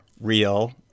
real